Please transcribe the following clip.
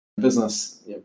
business